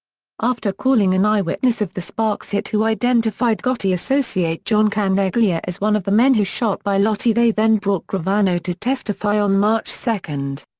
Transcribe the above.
after calling an eyewitness of the sparks hit who identified gotti associate john carneglia as one of the men who shot bilotti they then brought gravano to testify on march two.